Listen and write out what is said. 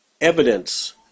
evidence